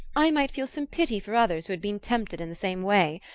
i might feel some pity for others who had been tempted in the same way.